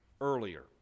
earlier